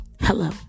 Hello